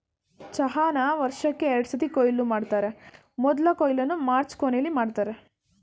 ಚಹಾನ ವರ್ಷಕ್ಕೇ ಎರಡ್ಸತಿ ಕೊಯ್ಲು ಮಾಡ್ತರೆ ಮೊದ್ಲ ಕೊಯ್ಲನ್ನ ಮಾರ್ಚ್ ಕೊನೆಲಿ ಮಾಡ್ತರೆ